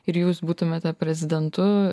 ir jūs būtumėte prezidentu